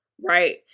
right